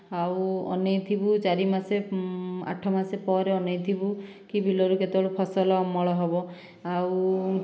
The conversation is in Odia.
ଆଉ ଅନେଇଥିବୁ ଚାରି ମାସ ଆଠ ମାସ ପରେ ଅନେଇଥିବୁ କି ବିଲରୁ କେତେବେଳେ ଫସଲ ଅମଳ ହେବ ଆଉ